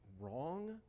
wrong